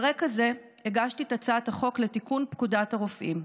על רקע זה הגשתי את הצעת החוק לתיקון פקודת הרופאים.